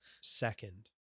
Second